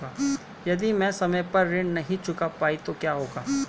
यदि मैं समय पर ऋण नहीं चुका पाई तो क्या होगा?